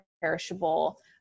perishable –